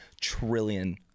trillion